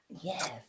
yes